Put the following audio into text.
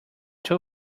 two